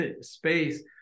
space